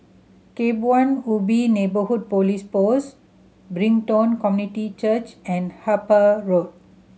Kebun Ubi Neighbourhood Police Post Brighton Community Church and Harper Road